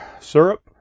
syrup